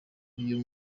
uyu